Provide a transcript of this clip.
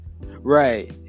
Right